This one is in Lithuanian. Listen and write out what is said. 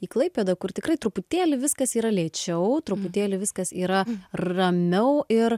į klaipėdą kur tikrai truputėlį viskas yra lėčiau truputėlį viskas yra ramiau ir